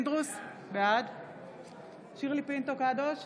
בעד שירלי פינטו קדוש,